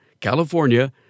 California